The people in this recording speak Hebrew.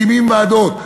מקימים ועדות.